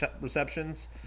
receptions